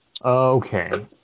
Okay